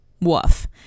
Woof